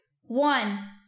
one